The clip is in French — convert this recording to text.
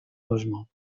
logement